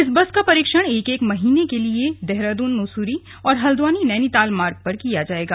इस बस का परीक्षण एक एक महीने के लिए देहरादून मसूरी और हल्द्वानी नैनीताल मार्ग पर किया जाएगा